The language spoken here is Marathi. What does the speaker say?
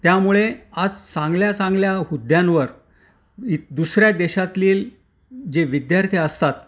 त्यामुळे आज चांगल्या चांगल्या हुद्यांवर इ दुसऱ्या देशातील जे विद्यार्थी असतात